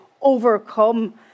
overcome